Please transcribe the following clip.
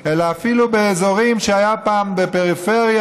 אלא אפילו באזורים שהיו פעם פריפריה,